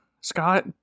Scott